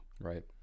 right